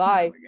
Bye